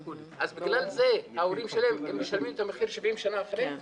אז בגלל ההורים שלהם הם משלמים את המחיר 70 שנה אחרי?